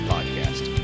Podcast